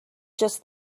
just